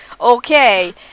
okay